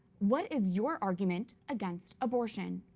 what is your argument against abortion?